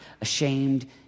ashamed